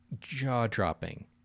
jaw-dropping